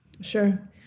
Sure